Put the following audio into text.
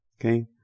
okay